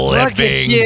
Living